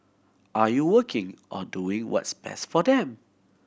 are you working on doing what's best for them